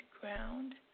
ground